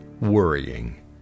worrying